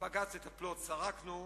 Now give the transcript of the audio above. בג"ץ מטפלות, סרקנו.